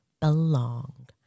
belong